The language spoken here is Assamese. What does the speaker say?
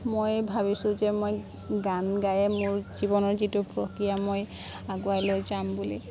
মই ভাবিছোঁ যে মই গান গায়ে মোৰ জীৱনৰ যিটো প্ৰক্ৰিয়া মই আগুৱাই লৈ যাম বুলি